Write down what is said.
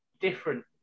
different